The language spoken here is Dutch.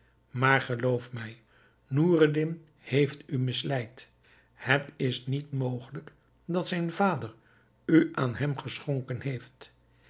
maar geloof mij noureddin heeft u misleid het is niet mogelijk dat zijn vader u aan hem geschonken heeft